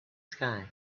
sky